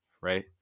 right